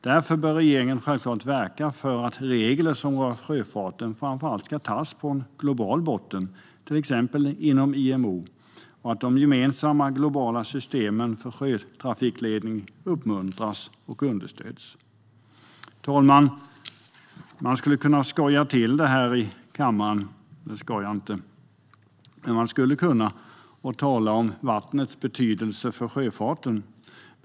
Därför bör regeringen verka för att regler som rör sjöfarten framför allt ska tas på global nivå, till exempel inom IMO, och att de gemensamma globala systemen för sjötrafikledning uppmuntras och understöds. Herr talman! Jag skulle kunna skoja till det - men det ska jag inte - och tala om vattnets betydelse för sjöfarten.